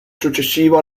successivo